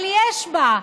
אבל יש בה,